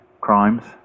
crimes